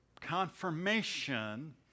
confirmation